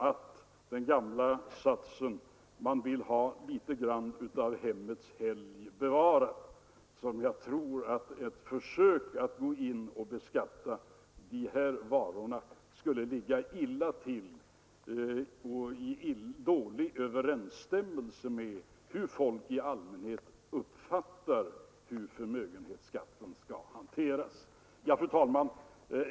Ett försök att beskatta dessa varor tror jag dessutom står i dålig överensstämmelse med hur folk i allmänhet uppfattar att förmögenhetsskatten skall hanteras. Fru talman!